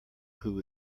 who